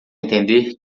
entender